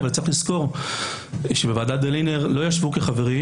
אבל צריך לזכור שבוועדת ברלינר לא ישבו כחברים,